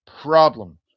problem